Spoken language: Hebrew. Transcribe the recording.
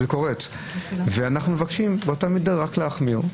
ושם אנחנו מבקשים באותה מידה להחמיר.